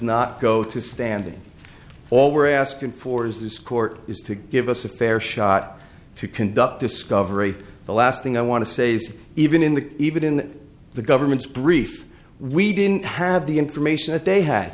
not go to standing all we're asking for is this court is to give us a fair shot to conduct discovery the last thing i want to say so even in the even in the government's brief we didn't have the information that they had